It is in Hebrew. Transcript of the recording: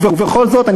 ובכל זאת,